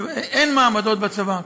אין מעמדות בצבא.